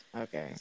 okay